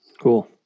Cool